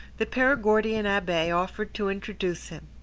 the perigordian abbe offered to introduce him.